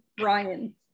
ryan